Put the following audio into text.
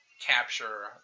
Capture